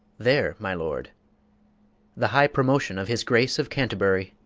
there my lord the high promotion of his grace of canterbury,